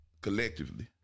collectively